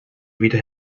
wieder